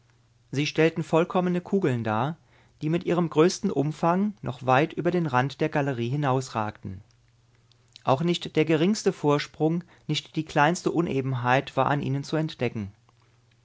sie stellten vollkommene kugeln dar die mit ihrem größten umfang noch weit über den rand der galerie hinausragten auch nicht der geringste vorsprung nicht die kleinste unebenheit war an ihnen zu entdecken